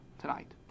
tonight